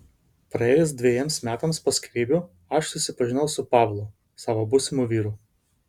praėjus dvejiems metams po skyrybų aš susipažinau su pavlu savo būsimu vyru